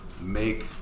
make